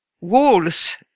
walls